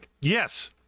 Yes